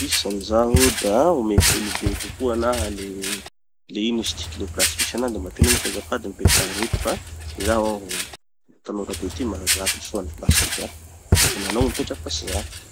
Mikisaky zaho da ah omeko olombe kokoa anaha le, le ino izy tiky, le place misy anaha. De mba teneniko azafady mipetraha eto fa zaho mbo tanora be ty mahazaka <not understood>. Eto hanao mipetraky fa tsy zaho.